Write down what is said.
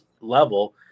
level